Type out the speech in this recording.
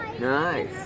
Nice